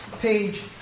page